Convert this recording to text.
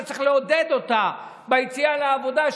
שצריך לעודד אותה ביציאה לעבודה,